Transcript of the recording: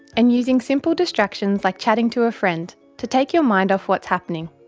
and using simple distractions like chatting to a friend to take your mind off what's happening.